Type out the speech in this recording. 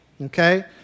okay